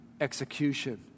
execution